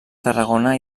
tarragona